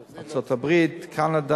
ארצות-הברית, קנדה,